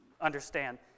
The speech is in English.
understand